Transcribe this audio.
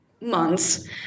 months